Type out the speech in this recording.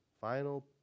final